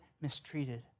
mistreated